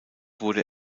wurde